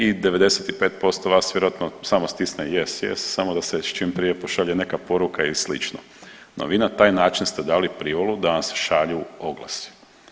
I 95% vas vjerojatno samo stisne yes, yes samo da se čim prije pošalje neka poruka i sl., no vi na taj način ste dali privolu da vam se šalju oglasi.